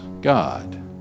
God